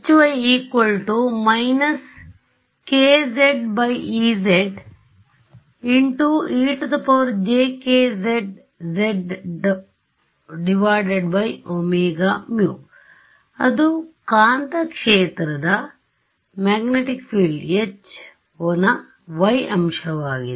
y − kz ez ejkz z ωμ ಅದು ಕಾಂತಕ್ಷೇತ್ರದMagnetic field y ಅಂಶವಾಗಿದೆ